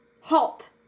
halt